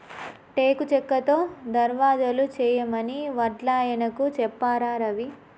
టేకు చెక్కతో దర్వాజలు చేయమని వడ్లాయనకు చెప్పారా రవి